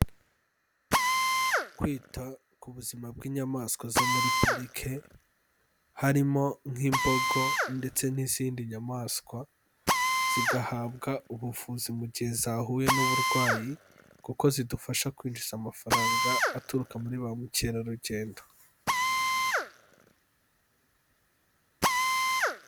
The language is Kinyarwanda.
Kwita ku buzima bw'inyamaswa zo muri parike, harimo nk'imbogo ndetse n'izindi nyamaswa, zigahabwa ubuvuzi mu gihe zahuye n'uburwayi kuko zidufasha kwinjiza amafaranga aturuka muri ba mukerarugendo.